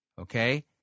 Okay